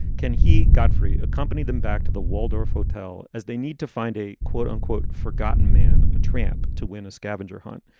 can he, godfrey, accompany them back to the waldorf hotel as they need to find a quote unquote forgotten man, a tramp to win a scavenger hunt?